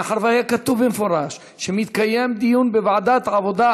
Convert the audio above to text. מאחר שהיה כתוב במפורש שמתקיים דיון בוועדת העבודה,